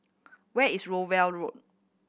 where is Rowell Road